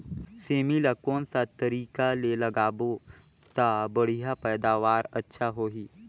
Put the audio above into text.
सेमी ला कोन सा तरीका ले लगाबो ता बढ़िया पैदावार अच्छा होही?